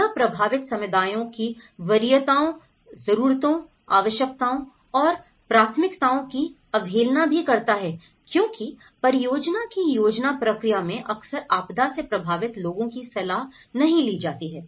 यह प्रभावित समुदायों की वरीयताओं जरूरतों आवश्यकताओं और प्राथमिकताओं की अवहेलना भी करता है क्योंकि परियोजना की योजना प्रक्रिया में अक्सर आपदा से प्रभावित लोगों की सलाह नहीं ली जाती है